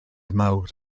mawr